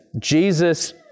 Jesus